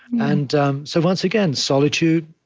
and um so, once again, solitude,